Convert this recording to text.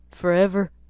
Forever